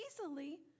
easily